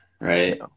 right